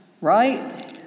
right